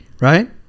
Right